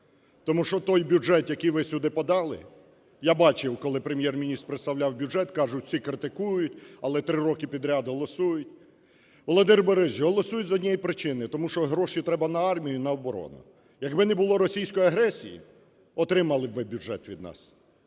Тому що той бюджет, який ви сюди подали… Я бачив, коли Прем’єр-міністр представляв бюджет, каже: "Всі критикують, але три роки підряд голосують". Володимир Борисович, голосують з однієї причини – тому що гроші треба на армію, на оборону. Якби не було російської агресії, отримали б ви бюджет від нас!